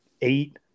Eight